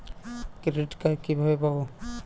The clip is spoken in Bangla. ক্রেডিট কার্ড কিভাবে পাব?